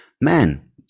man